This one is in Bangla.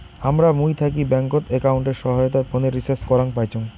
হামরা মুই থাকি ব্যাঙ্কত একাউন্টের সহায়তায় ফোনের রিচার্জ করাং পাইচুঙ